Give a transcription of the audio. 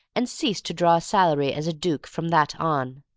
and ceased to draw a salary as a duke from that on.